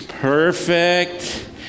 Perfect